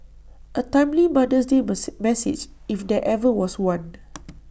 A timely mother's day mercy message if there ever was one